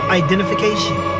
identification